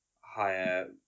higher